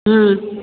हुँ